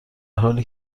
حالی